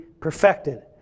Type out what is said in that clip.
perfected